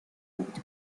بود